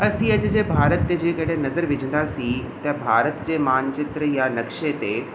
असीं अॼु जे भारत ते जेकॾहिं नज़र विझंदासीं त भारत जे मानचित्र या नक्शे ते